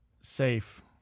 safe